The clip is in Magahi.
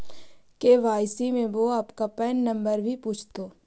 के.वाई.सी में वो आपका पैन नंबर भी पूछतो